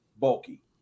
bulky